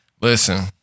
listen